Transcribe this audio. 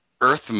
earth